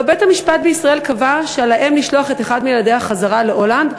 הלוא בית-המשפט בישראל קבע שעל האם לשלוח את אחד מילדיה חזרה להולנד,